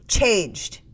changed